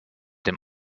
dem